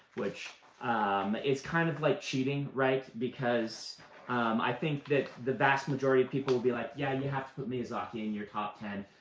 which um it's kind of like cheating. because i think that the vast majority of people would be like, yeah, you have to put miyazaki in your top ten,